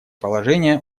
положения